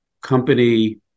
company